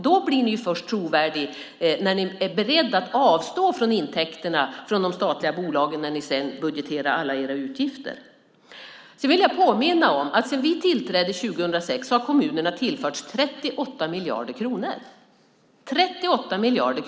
Ni blir trovärdiga först när ni är beredda att avstå från intäkterna från de statliga bolagen när ni budgeterar alla era utgifter. Jag vill påminna om att sedan vi tillträdde 2006 har kommunerna tillförts 38 miljarder kronor.